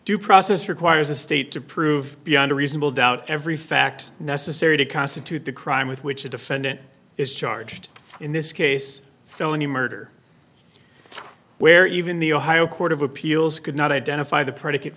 due process requires the state to prove beyond a reasonable doubt every fact necessary to constitute the crime with which the defendant is charged in this case felony murder where even the ohio court of appeals could not identify the predicate